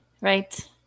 Right